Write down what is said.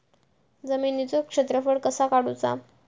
जमिनीचो क्षेत्रफळ कसा काढुचा?